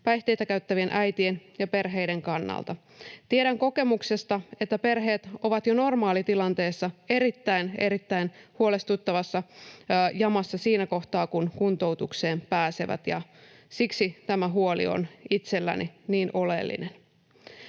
päihteitä käyttävien äitien ja perheiden kannalta. Tiedän kokemuksesta, että perheet ovat jo normaalitilanteessa erittäin, erittäin huolestuttavassa jamassa siinä kohtaa, kun kuntoutukseen pääsevät, ja siksi tämä huoli on itselläni niin oleellinen.